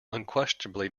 unquestionably